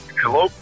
Hello